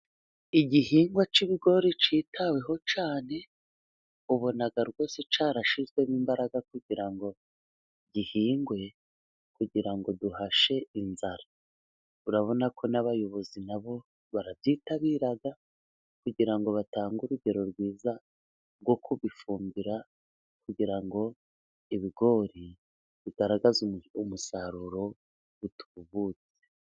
Igihingwa cy'ibigori cyitaweho cyane. Ubona rwose cyarashyizwemo imbaraga, kugira ngo gihingwe. Kugira ngo duhashe inzara urabona ko n'abayobozi na bo barabyitabira, kugira ngo batange urugero rwiza rwo kubifumbira, kugira ngo ibigori bigaragaze umusaruro utubutse.